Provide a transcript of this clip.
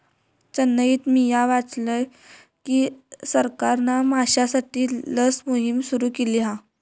चेन्नईत मिया वाचलय की सरकारना माश्यांसाठी लस मोहिम सुरू केली हा